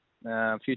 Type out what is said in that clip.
future